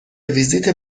ویزیت